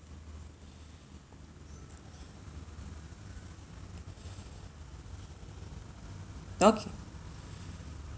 okay